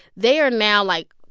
they are now, like,